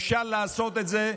אפשר לעשות את זה,